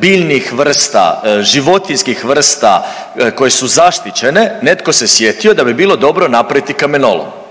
biljnih vrsta, životinjskih vrsta koje su zaštićene netko se sjetio da bi bilo dobro napraviti kamenolom.